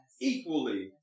equally